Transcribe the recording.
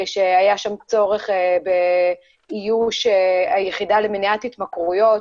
שהיה שם צורך באיוש היחידה למניעת התמכרויות